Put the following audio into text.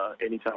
anytime